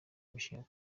imishinga